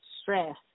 stress